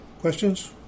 Questions